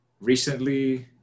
recently